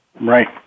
right